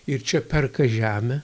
ir čia perka žemę